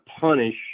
punish